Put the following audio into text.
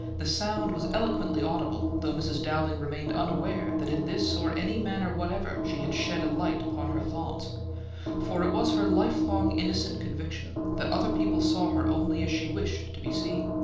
the sound was eloquently audible, though mrs. dowling remained unaware that in this or any manner whatever she had shed a light upon her thoughts for it was her lifelong innocent conviction that other people saw her only as she wished to be seen,